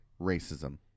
racism